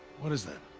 what is that.